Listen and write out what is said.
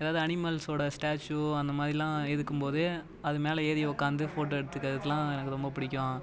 ஏதாவது அனிமல்ஸ்ஸோடு ஸ்டாச்சு அந்தமாதிரிலாம் இருக்கும்போது அதுமேல் ஏறி உட்காந்து ஃபோட்டோ எடுத்துக்குறதெலாம் எனக்கு ரொம்ப பிடிக்கும்